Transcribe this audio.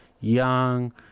young